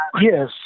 Yes